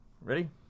Ready